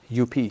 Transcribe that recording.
UP